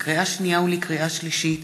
לקריאה שנייה ולקריאה שלישית: